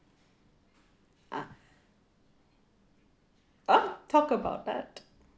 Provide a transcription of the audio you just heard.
ah ah talk about that